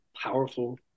powerful